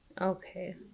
Okay